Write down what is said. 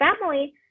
family